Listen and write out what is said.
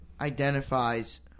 identifies